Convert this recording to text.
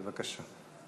בבקשה.